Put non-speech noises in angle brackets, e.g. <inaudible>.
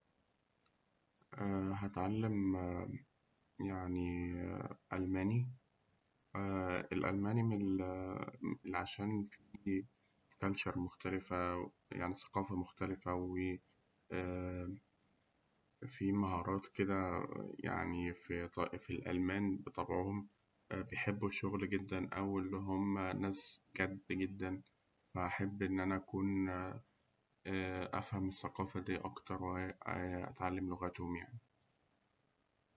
هأتعلم <hesitation> يعني ألماني، الألماني من ال <hesitation> عشان فيه كالتشر مختلفة يعني ثقافة مختلفة و <hesitation> في مهارات كده في <hesitation> في الألمان في طبعهم بيحبوا الشغل جداً أو إنهم ناس جد جداً، فأحب إن أنا أكون أفهم الثقافة دي أكتر و <hesitation> أتعلم لغاتهم يعني.